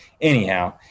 anyhow